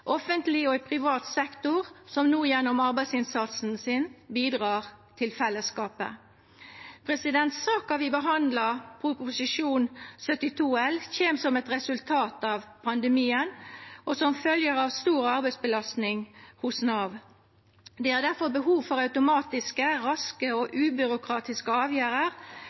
offentleg og i privat sektor som no gjennom arbeidsinnsatsen sin bidreg til fellesskapet. Saka vi behandlar, Prop. 72 L for 2019–2020, kjem som eit resultat av pandemien, og som følgje av stor arbeidsbelastning hos Nav. Det er difor behov for automatiske, raske og ubyråkratiske